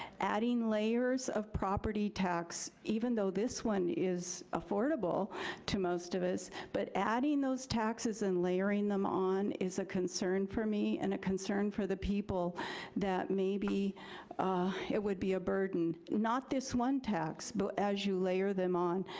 adding layers of property tax, even though this one is affordable to most of us, but adding those taxes and layering them on is a concern for me and a concern for the people that maybe it would be a burden, not this one tax, but as you layer them on.